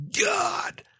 God